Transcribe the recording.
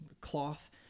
cloth